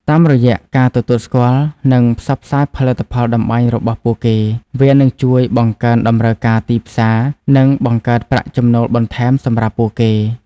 តាមរយៈការទទួលស្គាល់និងផ្សព្វផ្សាយផលិតផលតម្បាញរបស់ពួកគេ វានឹងជួយបង្កើនតម្រូវការទីផ្សារនិងបង្កើតប្រាក់ចំណូលបន្ថែមសម្រាប់ពួកគេ។